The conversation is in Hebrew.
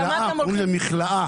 זו מכלאה.